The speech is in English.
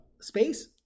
space